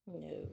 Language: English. No